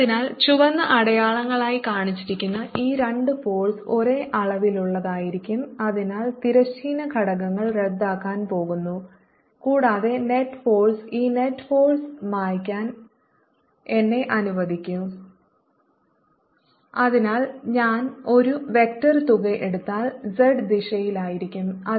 അതിനാൽ ചുവന്ന അടയാളങ്ങളായി കാണിച്ചിരിക്കുന്ന ഈ രണ്ട് ഫോഴ്സ് ഒരേ അളവിലുള്ളതായിരിക്കും അതിനാൽ തിരശ്ചീന ഘടകങ്ങൾ റദ്ദാക്കാൻ പോകുന്നു കൂടാതെ നെറ്റ് ഫോഴ്സ് ഈ നെറ്റ് ഫോഴ്സ് മായ്ക്കാൻ എന്നെ അനുവദിക്കും അതിനാൽ ഞാൻ ഒരു വെക്റ്റർ തുക എടുത്താൽ z ദിശയിലായിരിക്കുo